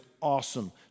awesome